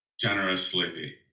generously